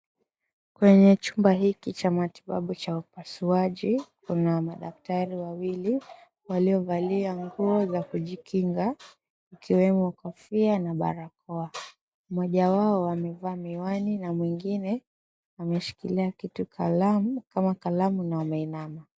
Kwenye chumba hiki cha matibabu cha upasuaji. Kuna madaktari wawili waliovalia nguo za kujikinga, ikiwemo kofia na barakoa. Mmoja wao amevaa miwani, na mwingine ameshikilia kitu kama kalamu na wameinama.